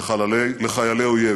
לחיילי אויב.